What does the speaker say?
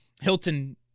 Hilton